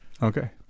Okay